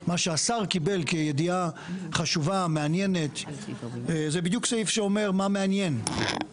שהשר קיבל כידיעה חשובה ומעניינת הם מסוג הדברים שאם הם לא